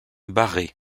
barrée